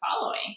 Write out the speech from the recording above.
following